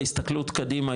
בהסתכלות קדימה,